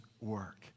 work